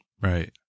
right